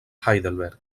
heidelberg